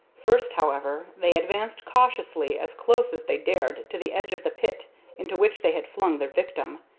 first, however, they advanced cautiously as close as they dared to the edge of the pit into which they had flung their victim,